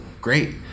great